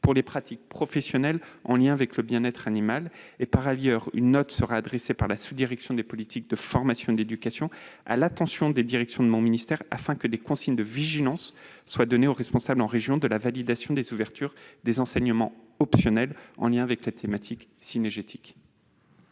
pour les pratiques professionnelles en lien avec le bien-être animal. Par ailleurs, une note sera adressée par la sous-direction des politiques de formation et d'éducation aux directions de mon ministère afin que des consignes de vigilance soient données aux responsables en région de la validation des ouvertures des enseignements optionnels en lien avec la thématique cynégétique.